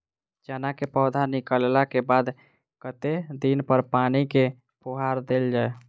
चना केँ पौधा निकलला केँ बाद कत्ते दिन पर पानि केँ फुहार देल जाएँ?